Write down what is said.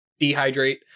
dehydrate